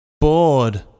Bored